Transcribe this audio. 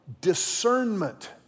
discernment